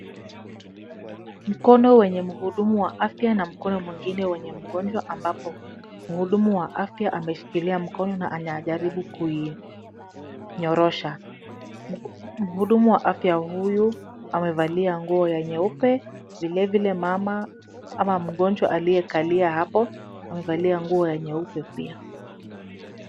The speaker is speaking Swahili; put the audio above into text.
Mkono wenye mhudumu wa afya na mkono mwingine wenye mgonjwa ambapo mhudumu wa afya ameshikilia mkono na anajaribu kuinyorosha. Mhudumu wa afya huyu amevalia nguo ya nyeupe, vilevile mama ama mgonjwa aliyekalia hapo, amevalia nguo ya nyeupe pia.